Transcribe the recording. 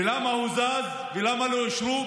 ולמה הוזז ולמה לא אישרו?